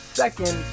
second